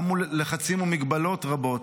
גם מול לחצים ומגבלות רבות.